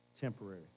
Temporary